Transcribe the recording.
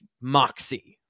moxie